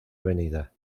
avenida